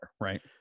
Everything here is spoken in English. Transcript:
Right